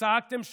שצעקתם "שחיתות",